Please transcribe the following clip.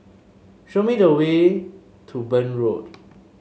show me the way to Burn Road